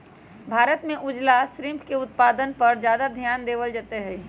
भारत में उजला श्रिम्फ के उत्पादन पर ज्यादा ध्यान देवल जयते हई